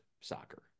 soccer